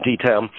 detail